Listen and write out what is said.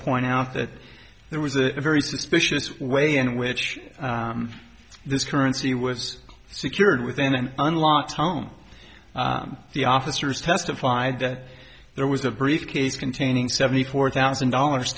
point out that there was a very suspicious way in which this currency was secured within an unlocked home the officers testified that there was a briefcase containing seventy four thousand dollars